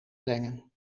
brengen